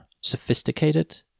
sophisticated